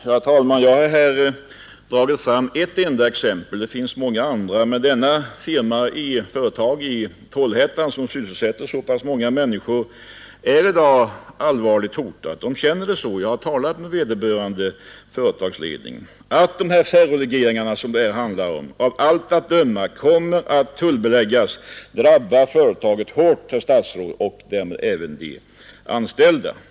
Herr talman! Jag har här dragit fram ett enda exempel, men det finns många andra. Detta företag i Trollhättan, som sysselsätter så pass många människor, är i dag verkligen allvarligt hotat. Man känner det så; jag har ens politik i EEC-frågan talat med vederbörande företagsledning. Att de ferrolegeringar som det här handlar om av allt att döma kommer att tullbeläggas drabbar företaget hårt, herr statsråd, och därmed även de anställda.